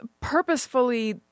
purposefully